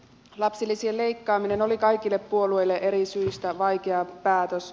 lapsilisien leikkaaminen oli kaikille puolueille eri syistä vaikea päätös